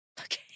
Okay